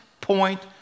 point